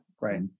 Right